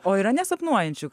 o yra nesapnuojančių